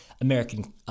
American